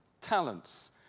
talents